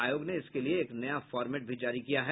आयोग ने इसके लिए एक नया फॉरमेट भी जारी किया है